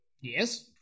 Yes